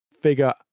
figure